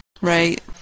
Right